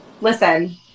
Listen